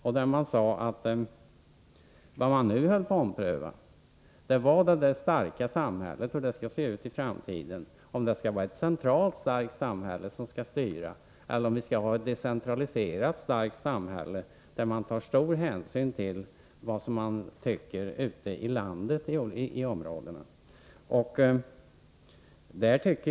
Vad man nu håller på att ompröva är inställningen till hur det starka samhället skall se ut i framtiden — om det skall vara ett centralstyrt starkt samhälle eller om det skall vara ett decentraliserat starkt samhälle, där man tar stor hänsyn till vad folk ute i landet tycker.